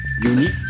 Unique